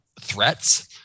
threats –